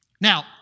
Now